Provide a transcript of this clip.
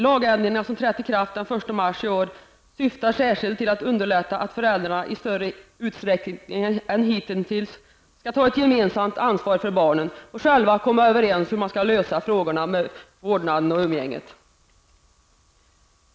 Lagändringarna, som trätt i kraft den 1 mars i år, syftar särskilt till att underlätta för föräldrarna att i större utsträckning än hittills ta ett gemensamt ansvar för barnen och själva kunna komma överens om hur umgängesoch vårdnadsfrågor skall lösas.